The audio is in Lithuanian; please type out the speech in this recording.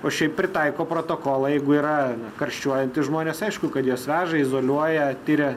o šiaip pritaiko protokolą jeigu yra karščiuojantys žmonės aišku kad juos veža izoliuoja tiria